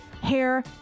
hair